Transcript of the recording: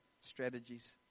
strategies